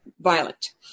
violent